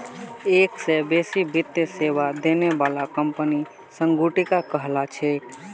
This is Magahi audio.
एक स बेसी वित्तीय सेवा देने बाला कंपनियां संगुटिका कहला छेक